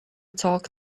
talk